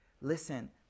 listen